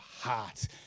heart